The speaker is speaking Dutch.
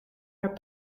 haar